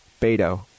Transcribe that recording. Beto